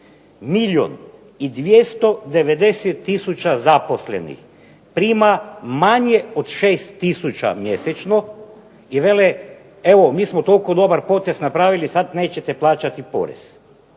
i 290 tisuća zaposlenih prima manje od 6 tisuća mjesečno i vele evo mi smo toliko dobar potez napravili, sad nećete plaćati porez